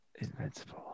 Invincible